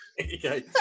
Okay